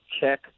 Check